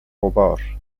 غبار